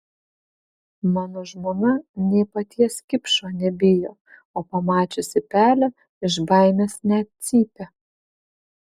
mano žmona nė paties kipšo nebijo o pamačiusi pelę iš baimės net cypia